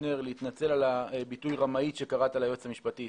קושניר להתנצל על הביטוי רמאית שקראת ליועצת המשפטית.